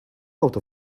out